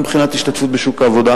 גם מבחינת ההשתתפות בשוק העבודה.